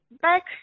Back